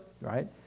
right